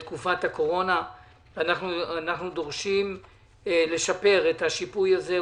אנחנו דורשים לשפר את השיפוי הזה,